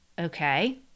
okay